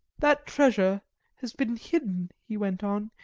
that treasure has been hidden, he went on,